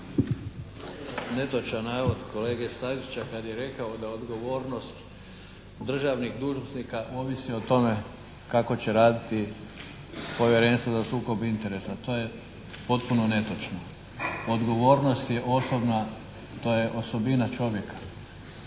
Netočan navod kolege Stazića kad je rekao da odgovornost državnih dužnosnika ovisi o tome kako će raditi Povjerenstvo za sukob interesa. To je potpuno netočno. Odgovornost je osobna, to je osobina čovjeka.